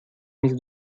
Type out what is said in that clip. mis